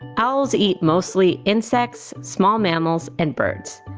owls eat mostly insects, small mammals, and birds.